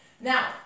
Now